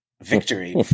victory